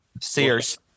Sears